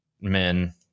men